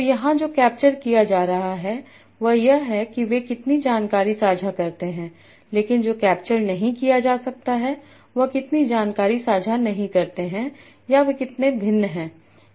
तो यहाँ जो कैप्चर किया जा रहा है वह यह है कि वे कितनी जानकारी साझा करते हैं लेकिन जो कैप्चर नहीं किया जा रहा है वह कितनी जानकारी साझा नहीं करते हैं या वे कितने भिन्न हैं